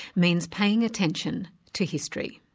means paying attention to history.